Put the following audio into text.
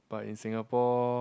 but in Singapore